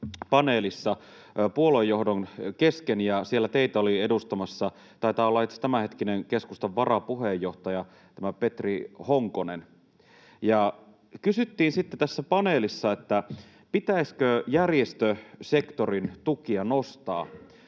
paneelissa puoluejohdon kesken, ja siellä teitä oli edustamassa — taitaa olla itse asiassa tämänhetkinen keskustan varapuheenjohtaja — Petri Honkonen. Kysyttiin sitten tässä paneelissa, pitäisikö järjestösektorin tukia nostaa,